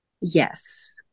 Yes